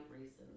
reasons